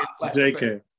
JK